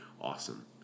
awesome